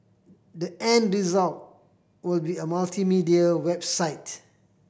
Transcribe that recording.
the end result will be a multimedia website